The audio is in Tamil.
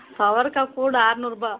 அவரைக்கா கூடை அறுநூறுபா